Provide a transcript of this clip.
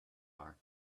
are